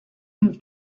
moved